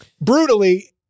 brutally